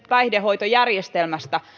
päihdehoitojärjestelmästä